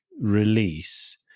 release